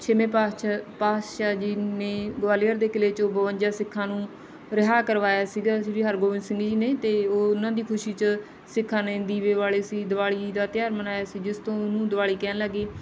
ਛੇਵੇਂ ਪਾਤਸ਼ਾਹ ਪਾਤਸ਼ਾਹ ਜੀ ਨੇ ਗਵਾਲੀਅਰ ਦੇ ਕਿਲ੍ਹੇ 'ਚੋਂ ਬਵੰਜਾ ਸਿੱਖਾਂ ਨੂੰ ਰਿਹਾਅ ਕਰਵਾਇਆ ਸੀਗਾ ਸ਼੍ਰੀ ਹਰਗੋਬਿੰਦ ਸਿੰਘ ਜੀ ਨੇ ਅਤੇ ਉਹ ਉਹਨਾਂ ਦੀ ਖੁਸ਼ੀ 'ਚ ਸਿੱਖਾਂ ਨੇ ਦੀਵੇ ਬਾਲੇ ਸੀ ਦੀਵਾਲੀ ਦਾ ਤਿਉਹਾਰ ਮਨਾਇਆ ਸੀ ਜਿਸ ਤੋਂ ਉਹਨੂੰ ਦੀਵਾਲੀ ਕਹਿਣ ਲੱਗ ਗਏ